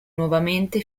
nuovamente